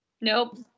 nope